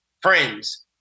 friends